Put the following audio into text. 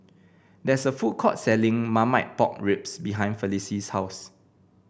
there is a food court selling Marmite Pork Ribs behind Felice's house